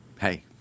hey